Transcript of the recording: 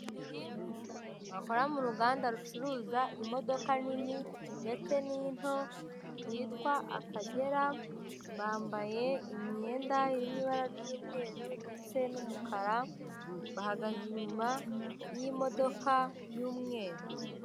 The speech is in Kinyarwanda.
Abantu babiri bakora mu ruganda rucuruza imodoka nini ndetse n'into rwitwa akagera, bambaye imyenda iri mu ibara ry'umweru ndetse n'umukara, bahagaze inyuma y'imodoka y'umweru.